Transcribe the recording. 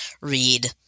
read